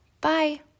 Bye